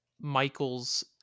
Michael's